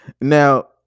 Now